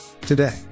Today